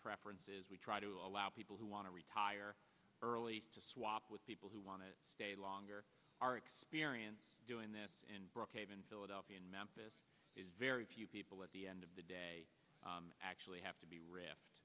preferences we try to allow people who want to retire early to swap with people who want to stay longer our experience doing that in philadelphia in memphis is very few people at the end of the day actually have to be raft